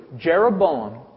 Jeroboam